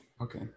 okay